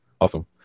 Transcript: Awesome